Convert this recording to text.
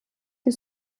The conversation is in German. die